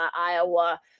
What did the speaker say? Iowa